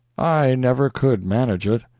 i never could manage it.